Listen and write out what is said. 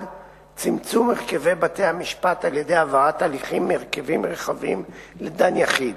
צמצום הרכבי בתי-המשפט על-ידי העברת הליכים מהרכבים רחבים לדן יחיד